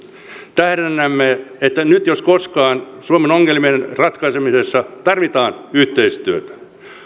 tähdennämme että nyt jos koskaan suomen ongelmien ratkaisemisessa tarvitaan yhteistyötä